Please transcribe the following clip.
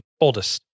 oldest